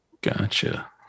Gotcha